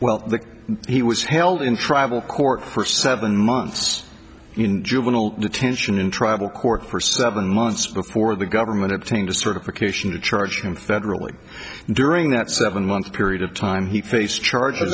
well he was held in tribal court for seven months in juvenile detention in tribal court for seven months before the government thing to sort of occasion to charge him federally during that seven month period of time he faced charges